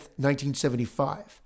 1975